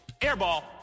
airball